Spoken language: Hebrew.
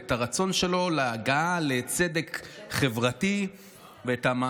את הרצון שלו להגעה לצדק חברתי ואת,